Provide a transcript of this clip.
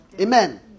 Amen